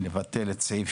לבטל את סעיף